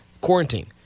quarantine